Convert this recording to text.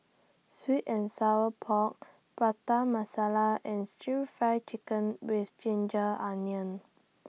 Sweet and Sour Pork Prata Masala and Stir Fry Chicken with Ginger Onions